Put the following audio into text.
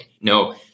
No